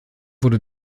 wurde